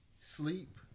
sleep